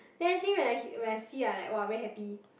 then actually when I when I see I like [wah] very happy